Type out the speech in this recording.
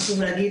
חשובה להגיד,